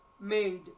made